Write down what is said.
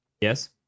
Yes